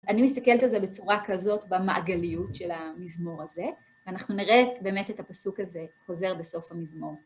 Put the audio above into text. אני מסתכלת על זה בצורה כזאת במעגליות של המזמור הזה, ואנחנו נראה באמת את הפסוק הזה חוזר בסוף המזמור.